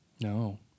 No